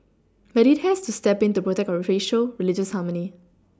but it has to step in to protect our racial religious harmony